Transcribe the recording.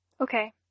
Okay